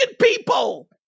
people